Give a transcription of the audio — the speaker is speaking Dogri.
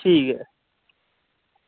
ठीक ऐ